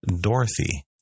Dorothy